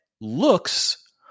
looks